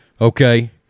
Okay